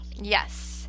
Yes